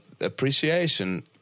appreciation